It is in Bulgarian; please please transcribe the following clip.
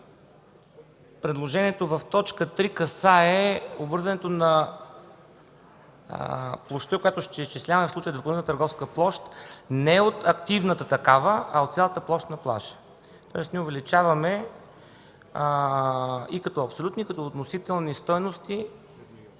предложението в т. 3 касае обвързването на площта, която ще изчисляваме, в случая допълнителната търговска площ, не от активната такава, а от цялата площ на плажа. Тоест ние увеличаваме и като абсолютни, и като относителни стойности